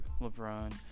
LeBron